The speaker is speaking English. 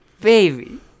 baby